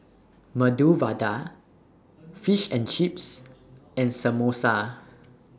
Medu Vada Fish and Chips and Samosa